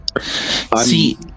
See